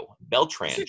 Beltran